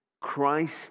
Christ